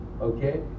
Okay